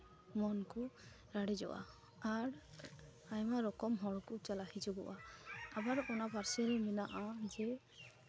ᱢᱚᱱ ᱠᱚ ᱞᱟᱲᱮᱡᱚᱜᱼᱟ ᱟᱨ ᱟᱭᱢᱟ ᱨᱚᱠᱚᱢ ᱦᱚᱲ ᱠᱚ ᱪᱟᱞᱟᱜ ᱦᱤᱡᱩᱜᱚᱜᱼᱟ ᱟᱵᱟᱨ ᱚᱱᱟ ᱯᱟᱨᱥᱮᱞ ᱢᱮᱱᱟᱜᱼᱟ ᱡᱮ